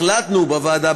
החלטנו בוועדה,